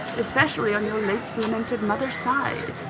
especially on your late lamented mother's side.